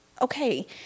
Okay